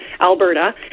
Alberta